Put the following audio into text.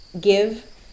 give